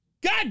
God